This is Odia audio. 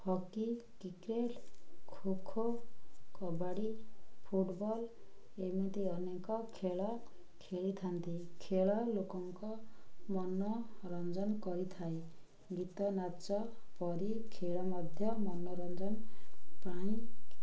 hockey cricket kho kho kabaddi football ଏମିତି ଅନେକ ଖେଳ ଖେଳିଥାନ୍ତି ଖେଳ ଲୋକଙ୍କ ମନୋରଞ୍ଜନ କରିଥାଏ ଗୀତ ନାଚ ପରି ଖେଳ ମଧ୍ୟ ମନୋରଞ୍ଜନ ପାଇଁ